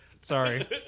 Sorry